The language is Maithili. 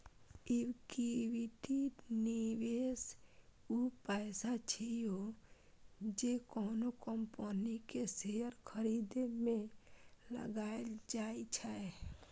इक्विटी निवेश ऊ पैसा छियै, जे कोनो कंपनी के शेयर खरीदे मे लगाएल जाइ छै